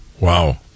Wow